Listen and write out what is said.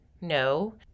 No